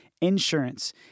Insurance